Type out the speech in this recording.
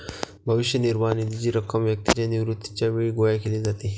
भविष्य निर्वाह निधीची रक्कम व्यक्तीच्या निवृत्तीच्या वेळी गोळा केली जाते